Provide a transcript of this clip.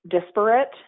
disparate